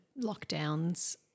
lockdowns